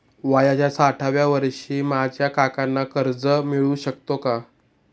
वयाच्या साठाव्या वर्षी माझ्या काकांना कर्ज मिळू शकतो का?